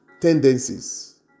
tendencies